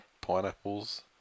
Pineapples